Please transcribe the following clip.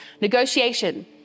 Negotiation